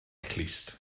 clust